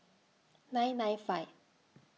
nine nine five